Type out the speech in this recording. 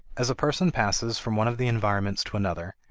as a person passes from one of the environments to another,